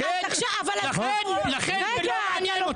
-- לכן זה לא מעניין אותנו.